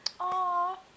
Aw